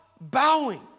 bowing